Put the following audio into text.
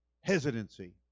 hesitancy